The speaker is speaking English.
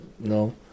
No